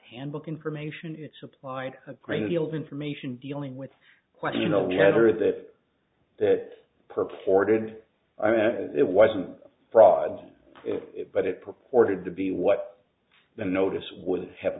handbook information it supplied a great deal of information dealing with quite a you know we had or that that purported i read it wasn't fraud it but it purported to be what the notice would have